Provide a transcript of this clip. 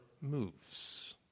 moves